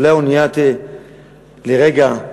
אולי האונייה לרגע תירגע.